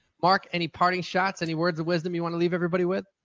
mark, any parting shots? any words of wisdom you want to leave everybody with?